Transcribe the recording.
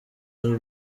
ari